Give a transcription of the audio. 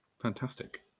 Fantastic